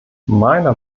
meiner